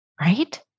right